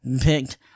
picked